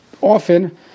often